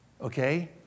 okay